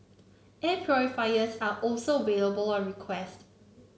air purifiers are also on request